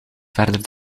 verder